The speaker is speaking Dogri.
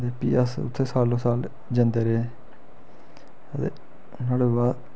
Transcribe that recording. ते फ्ही अस उत्थें सालो साल जंदे रेह् ते नुआढ़े बाद